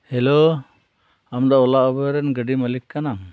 hello ᱟᱢ ᱫᱚ Ola Uber ᱨᱮᱱ ᱜᱟᱹᱰᱤ ᱢᱟᱞᱤᱠ ᱠᱟᱱᱟᱢ